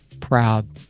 Proud